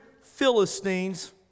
Philistines